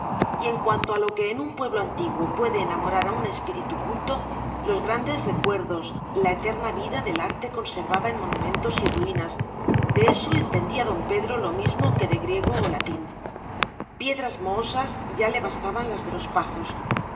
y en cuanto a lo que en un pueblo antiguo puede enamorar a un espíritu culto los grandes recuerdos la eterna vida del arte conservada en monumentos y ruinas de eso entendía don pedro lo mismo que de griego o latín piedras mohosas ya le bastaban las de los pazos